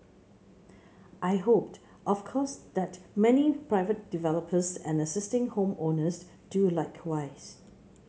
I hoped of course that many private developers and existing home owners do likewise